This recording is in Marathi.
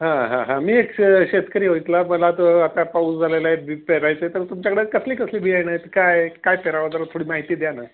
हां हां हां मी एक श शेतकरी हो इथला मला तो आता पाऊस झालेला आहे बी पेरायचं आहे तर तुमच्याकडे कसली कसली बियाणं आहेत काय काय पेरावं जरा थोडी माहिती द्या ना